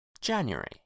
January